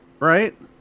Right